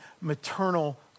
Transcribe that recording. maternal